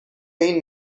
این